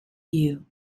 you